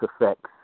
effects